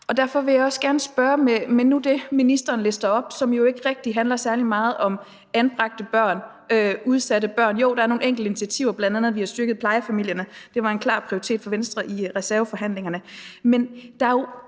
Og derfor vil jeg også med det, ministeren nu lister op, som jo ikke rigtig handler særlig meget om anbragte børn, udsatte børn – jo, der er nogle enkelte initiativer, bl.a. at vi har styrket plejefamilierne, hvilket var en klar prioritet for Venstre i reserveforhandlingerne – sige, at der jo